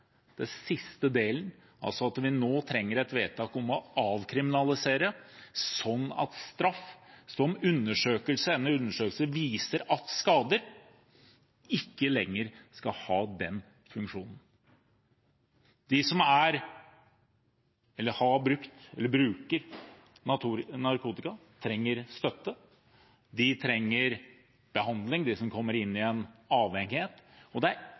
den siste delen, altså at vi nå trenger et vedtak om å avkriminalisere slik at straff – som undersøkelse etter undersøkelse viser at skader – ikke lenger skal ha den funksjonen. De som har brukt eller bruker narkotika, trenger støtte. De som kommer inn i en avhengighet, trenger behandling. Og